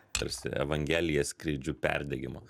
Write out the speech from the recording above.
tarsi evangeliją skleidžiu perdegimo